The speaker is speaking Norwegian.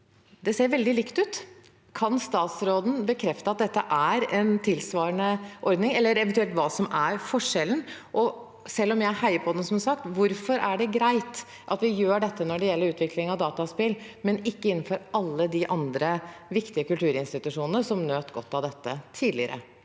Det ser veldig likt ut. Kan statsråden bekrefte at dette er en tilsvarende ordning, eller eventuelt forklare hva som er forskjellen? Og selv om jeg som sagt heier på den: Hvorfor er det greit at vi gjør dette når det gjelder utvikling av dataspill, men ikke for alle de andre viktige kulturinstitusjonene, som nøt godt av dette tidligere?